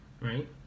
right